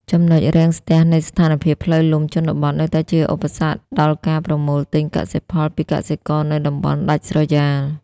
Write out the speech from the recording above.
ចំណុចរាំងស្ទះនៃស្ថានភាពផ្លូវលំជនបទ នៅតែជាឧបសគ្គដល់ការប្រមូលទិញកសិផលពីកសិករនៅតំបន់ដាច់ស្រយាល។